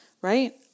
right